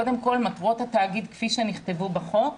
קודם כל, מטרות התאגיד כפי שנכתבו בחוק,